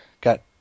got